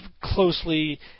closely